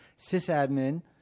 sysadmin